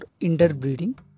interbreeding